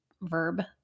verb